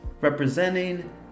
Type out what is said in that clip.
representing